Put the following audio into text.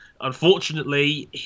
unfortunately